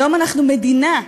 היום אנחנו מדינה,